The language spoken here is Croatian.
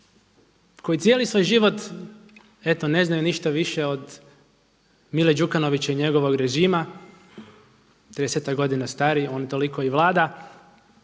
koji cijeli svoj život eto ne znaju ništa više od Mile Đukanovića i njegovog režima, 30-ak godina stariji on toliko i vlada,